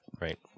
right